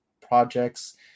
projects